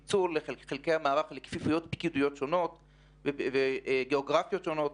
תוך פיצול של חלקי המערך לכפיפויות פיקודיות וגיאוגרפיות שונות.